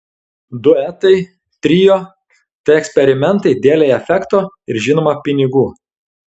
duetai trio tai eksperimentai dėlei efekto ir žinoma pinigų